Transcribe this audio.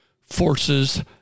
Forces